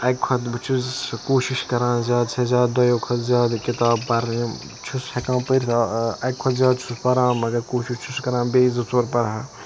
اکہِ کھۄتہٕ بہٕ چھُس کوٗشِش کَران زیادٕ سے زیادٕ دۄیَو کھۄتہٕ زیادٕ کِتاب پَرٕنۍ چھُس ہیٚکان پٔرِتھ یا اکہِ کھۄتہٕ زیادٕ چھُس پَران مَگَر کوٗشِش چھُس کَران بیٚیہِ زٕ ژور پَرہا